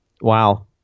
Wow